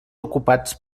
ocupats